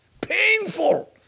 Painful